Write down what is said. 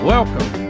Welcome